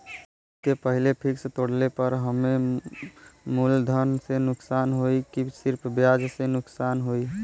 अवधि के पहिले फिक्स तोड़ले पर हम्मे मुलधन से नुकसान होयी की सिर्फ ब्याज से नुकसान होयी?